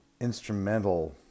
instrumental